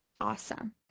Awesome